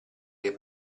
dei